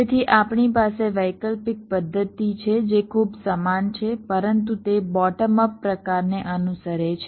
તેથી આપણી પાસે વૈકલ્પિક પદ્ધતિ છે જે ખૂબ સમાન છે પરંતુ તે બોટમ અપ પ્રકારને અનુસરે છે